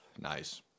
Nice